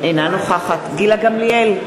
אינה נוכחת גילה גמליאל,